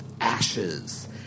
ashes